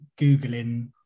Googling